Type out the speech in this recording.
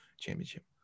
championship